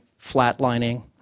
Flatlining